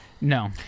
No